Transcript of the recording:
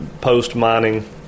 post-mining